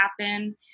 happen